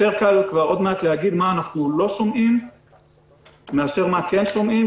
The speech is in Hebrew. יותר קל עוד מעט להגיד כבר מה אנחנו לא שומעים מאשר מה אנחנו כן שומעים,